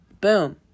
Boom